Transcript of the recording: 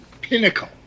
pinnacle